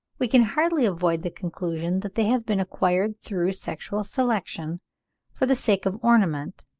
we can hardly avoid the conclusion that they have been acquired through sexual selection for the sake of ornament,